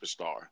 superstar